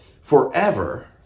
forever